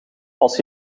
als